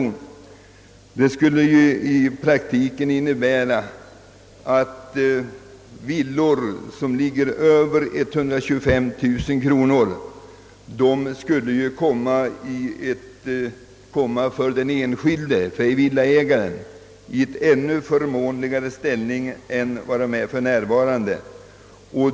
Det skulle i praktiken innebära att när det gäller villor med ett taxeringsvärde på över 125 000 kronor skulle den enskilde villaägaren få en ännu förmånligare ställning än för närvarande.